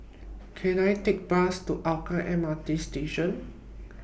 Can I Take Bus to Hougang M R T Station